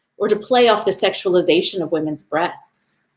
or to play off the sexualization of women's breasts.